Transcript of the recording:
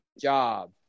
Job